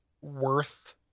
worth